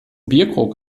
bierkrug